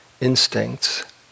instincts